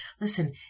Listen